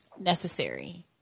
necessary